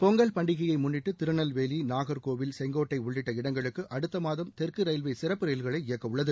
பொங்கல் பண்டிகையை முன்னிட்டு திருநெல்வேலி நாகர்கோவில் செங்கோட்டை உள்ளிட்ட இடங்களுக்கு அடுத்த மாதம் தெற்கு ரயில்வே சிறப்பு ரயில்களை இயக்க உள்ளது